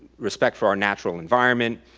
respect for our natural environment,